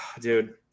Dude